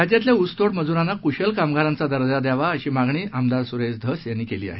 राज्यातल्या ऊसतोड मजुरांना कुशल कामगारांचा दर्जा द्यावा अशी मागणी आमदार सुरेस धस यांनी केली आहे